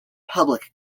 public